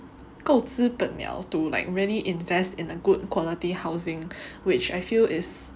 够资本了 to like really invest in a good quality housing which I feel is